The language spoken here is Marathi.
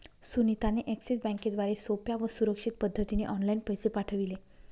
सुनीता ने एक्सिस बँकेद्वारे सोप्या व सुरक्षित पद्धतीने ऑनलाइन पैसे पाठविले